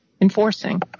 enforcing